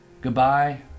Goodbye